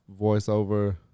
voiceover